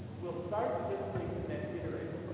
we'll start simply and then iterate.